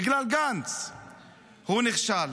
בגלל גנץ הוא נכשל.